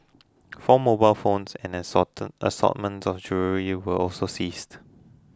four mobile phones and an assortment of jewellery were also seized